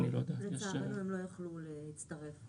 לצערנו הם לא יכלו להצטרף.